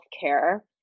care